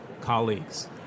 colleagues